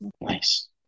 nice